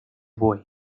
buey